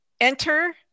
Enter